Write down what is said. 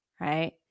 right